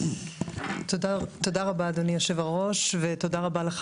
אדוני יושב-הראש, תודה רבה.